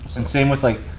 and same with like,